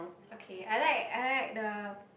okay I like I like the